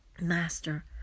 Master